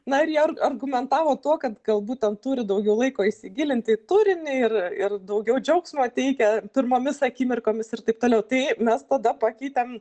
na ir jie ar argumentavo tuo kad galbūt ten turi daugiau laiko įsigilinti į turinį ir ir daugiau džiaugsmo teikia pirmomis akimirkomis ir taip toliau tai mes tada pakeitėm